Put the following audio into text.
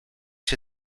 się